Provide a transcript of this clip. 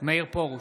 מאיר פרוש,